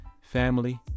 family